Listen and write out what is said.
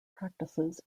practices